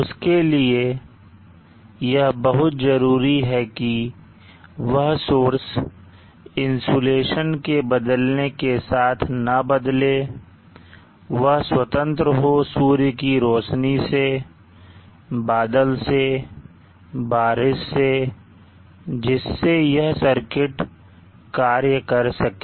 उसके लिए यह बहुत जरूरी है कि वह सोर्स इंसुलेशन के बदलने के साथ ना बदले और वह स्वतंत्र हो सूर्य की रोशनी से बादल से बारिश से जिससे यह सर्किट कार्य कर सके